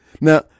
now